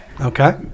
okay